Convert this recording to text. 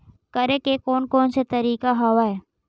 करे के कोन कोन से तरीका हवय?